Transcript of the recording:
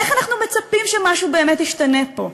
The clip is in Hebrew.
איך אנחנו מצפים שמשהו באמת ישתנה פה?